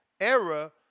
era